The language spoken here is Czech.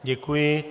Děkuji.